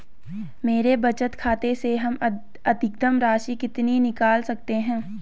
मेरे बचत खाते से हम अधिकतम राशि कितनी निकाल सकते हैं?